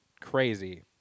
crazy